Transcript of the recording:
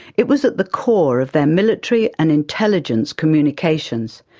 it was at the core of their military and intelligence communications.